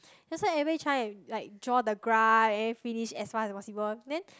that's why everybody try and like draw the graph and then finish as fast as possible then